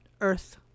Earth